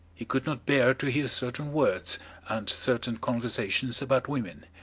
he could not bear to hear certain words and certain conversations about women.